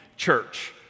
church